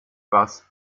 was